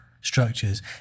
structures